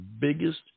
biggest